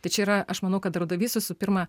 tai čia yra aš manau kad darbdavys visų pirma